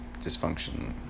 dysfunction